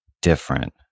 different